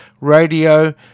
Radio